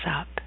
up